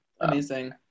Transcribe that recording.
Amazing